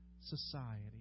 society